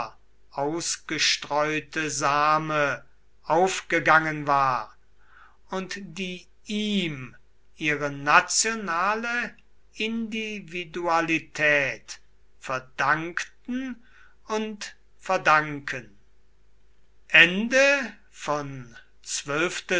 ausgestreute same aufgegangen war und die ihm ihre nationale individualität verdankten und verdanken